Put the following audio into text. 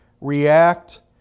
react